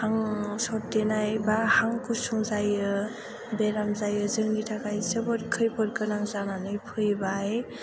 हां सरथेनाय बा हां गुसुं जायो बेराम जायो जोंनि थाखाय जोबोद खैफोद गोनां जानानै फैबाय